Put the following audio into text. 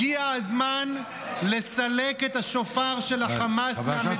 הגיע הזמן לסלק את השופר של החמאס בעזה,